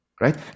right